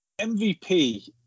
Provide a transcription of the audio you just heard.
MVP